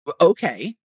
okay